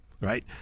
right